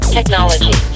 Technology